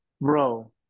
Bro